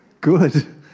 Good